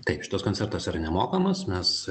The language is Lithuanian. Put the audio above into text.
taip šitas koncertas yra nemokamas mes